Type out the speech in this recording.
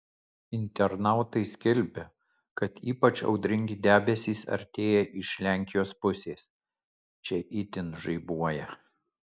internautai skelbia kad ypač audringi debesys artėja iš lenkijos pusės čia itin žaibuoja